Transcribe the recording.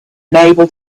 unable